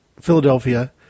Philadelphia